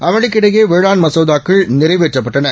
அமளிக்குஇடையேவேளாண்மசோதாக்கள்நிறைவேற்றப்பட்ட ன